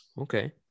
Okay